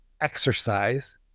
exercise